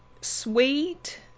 sweet